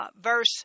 verse